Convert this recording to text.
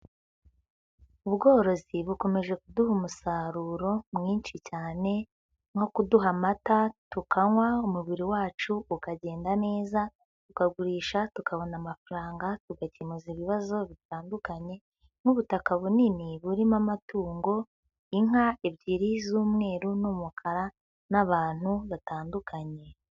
Ubworozi bukomeje kuduha umusaruro mwinshi cyane, nko kuduha amata tukanywa umubiri wacu ukagenda neza, tukagurisha, tukabona amafaranga, tugakemu ibibazo bitandukanye, nk'ubutaka bunini burimo amatungo, inka ebyiri z'umweru n'umukara n'abantu batandukanye.